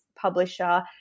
publisher